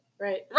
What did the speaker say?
Right